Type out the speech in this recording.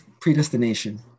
Predestination